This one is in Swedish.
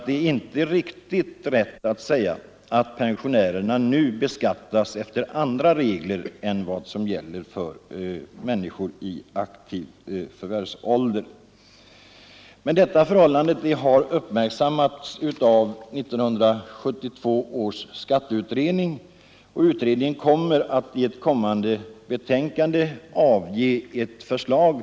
Det är inte riktigt rätt att säga att pensionärerna nu beskattas efter andra regler än de som gäller människor i aktiv förvärvsålder. Detta förhållande har uppmärksammats av 1972 års skatteutredning, och denna kommer att i ett betänkande avge förslag.